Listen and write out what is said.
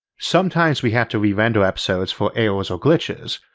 sometimes we have to re-render episodes for errors or glitches,